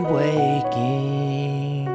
waking